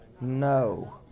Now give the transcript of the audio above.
No